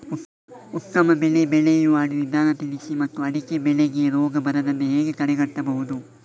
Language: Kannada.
ಉತ್ತಮ ಬೆಳೆ ಬೆಳೆಯುವ ವಿಧಾನ ತಿಳಿಸಿ ಮತ್ತು ಅಡಿಕೆ ಬೆಳೆಗೆ ರೋಗ ಬರದಂತೆ ಹೇಗೆ ತಡೆಗಟ್ಟಬಹುದು?